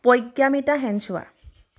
Pragyamita Senchowa